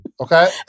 okay